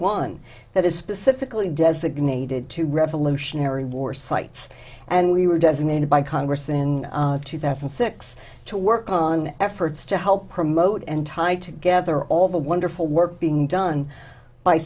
one that is pacifically designated two revolutionary war sites and we were designated by congress in two thousand and six to work on efforts to help promote and tie together all the wonderful work being done by